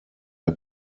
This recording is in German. der